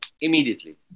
immediately